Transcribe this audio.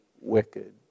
wicked